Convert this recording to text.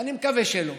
אני מקווה שלא.